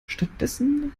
stattdessen